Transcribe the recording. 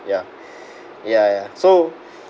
ya ya ya so